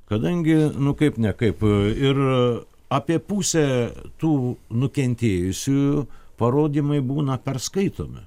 kadangi nu kaip nekaip ir apie pusę tų nukentėjusiųjų parodymai būna perskaitomi